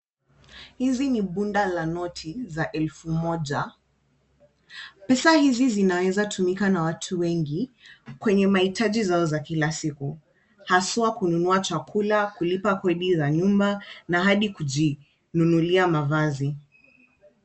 Hizi ni bunda la noti za elfu moja. Pesa hizi zinaweza tumika na watu wengi kwenye mahitaji zao za kila siku haswa kununua chakula, kulipa kodi za nyumba na hadi kujinunulia mavazi.